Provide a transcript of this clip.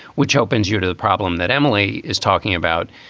which opens you to problem that emily is talking about.